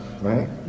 right